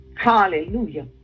hallelujah